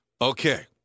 Okay